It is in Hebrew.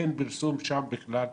אין שם פרסום בכלל.